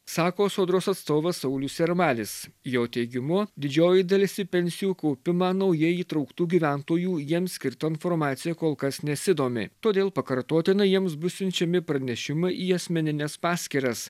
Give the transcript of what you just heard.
sako sodros atstovas saulius jarmalis jo teigimu didžioji dalis į pensijų kaupimą naujai įtrauktų gyventojų jiems skirta informacija kol kas nesidomi todėl pakartotinai jiems bus siunčiami pranešimai į asmenines paskyras